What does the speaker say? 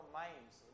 minds